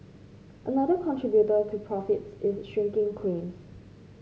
another contributor to profits is shrinking claims